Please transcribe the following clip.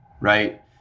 right